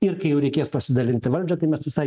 ir kai jau reikės pasidalinti valdžią kai mes visai